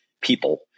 people